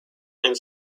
and